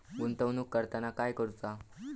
गुंतवणूक करताना काय करुचा?